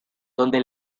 donde